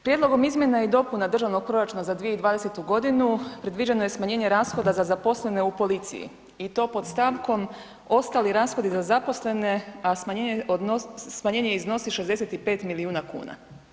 Prijedlogom izmjena i dopuna državnog proračuna za 2020. g., predviđeno je smanjenje rashoda za zaposlene u policiji i to pod stavkom ostali rashodi za zaposlene a smanjenje iznosi 65 milijuna kuna.